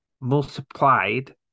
multiplied